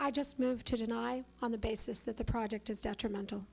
i just move to deny on the basis that the project is detrimental